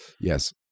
Yes